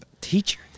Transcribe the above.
Teacher